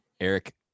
Eric